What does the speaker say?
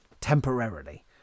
temporarily